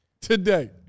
Today